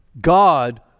God